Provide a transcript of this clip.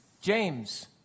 James